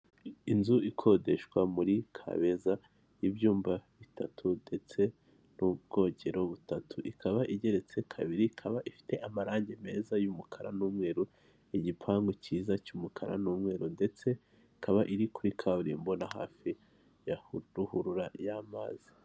Inzu ikodeshwa muri kabeza y'ibyumba bitatu ndetse n'ubwogero butatu ikaba igeretse kabiri, ikaba ifite amarangi meza y'umukara n'umweru, igipangu cyiza cy'umukara n'umweru ndetse ikaba iri kuri kaburimbo na hafi ya ruhurura y'amazi.